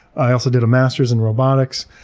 i also did a masters in robotics.